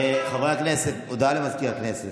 חברי הכנסת, הודעה למזכיר הכנסת.